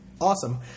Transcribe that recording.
awesome